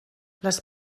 les